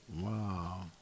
Wow